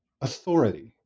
authority